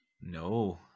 No